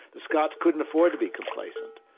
the scots couldn't afford to be complacent,